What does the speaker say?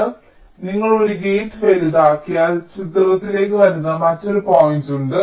അതിനാൽ നിങ്ങൾ ഒരു ഗേറ്റ് വലുതാക്കിയാൽ ചിത്രത്തിലേക്ക് വരുന്ന മറ്റൊരു പോയിന്റുണ്ട്